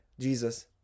Jesus